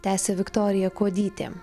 tęsė viktorija kuodytė